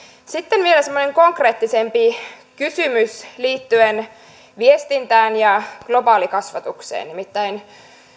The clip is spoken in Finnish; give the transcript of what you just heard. sitten vielä semmoinen konkreettisempi kysymys liittyen viestintään ja globaalikasvatukseen nimittäin